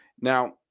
Now